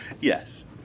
Yes